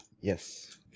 Yes